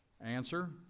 Answer